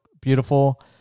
beautiful